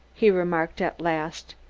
he remarked at last.